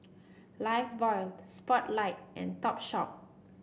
Lifebuoy Spotlight and Topshop